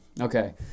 Okay